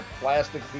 plastic